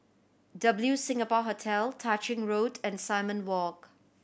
W Singapore Hotel Tah Ching Road and Simon Walk